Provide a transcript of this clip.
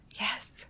Yes